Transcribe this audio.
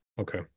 Okay